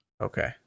Okay